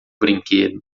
brinquedo